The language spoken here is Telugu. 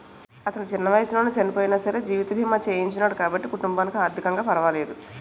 అతను చిన్న వయసులోనే చనియినా సరే జీవిత బీమా చేయించినాడు కాబట్టి కుటుంబానికి ఆర్ధికంగా పరవాలేదు